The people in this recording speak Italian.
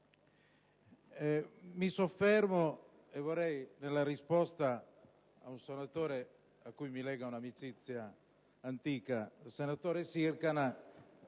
Stiffoni, vorrei dare una risposta ad un senatore a cui mi lega un'amicizia antica, il senatore Sircana,